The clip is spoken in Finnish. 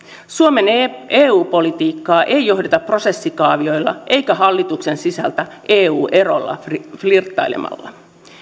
suomen eu eu politiikkaa ei johdeta prosessikaavioilla eikä hallituksen sisältä eu erolla flirttailemalla